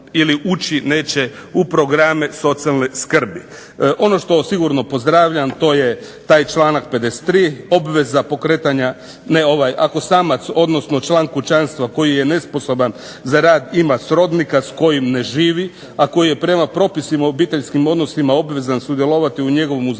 ili ući neće u program socijalne skrbi. Ono što sigurno pozdravljam to je taj članak 53. obveza pokretanja, ako samac odnosno član kućanstva koji je nesposoban za rad ima srodnika s kojim ne živi, a koji je prema propisima obiteljskim odnosima obvezan sudjelovati u njegovom uzdržavanju